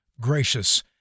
gracious